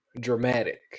dramatic